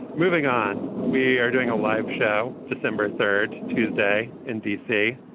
moving on. we are doing a live show december third tuesday in d c.